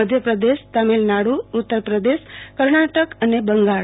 મધ્યપ્રદેશ તમિલનાડુ ઉત્તરપ્રદેશ કર્ણાટક અને બંગાળ